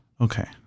Okay